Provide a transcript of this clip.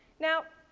now,